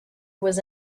was